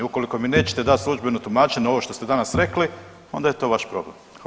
Ukoliko mi neće dati službeno tumačenje ovo što ste danas rekli, onda je to vaš problem.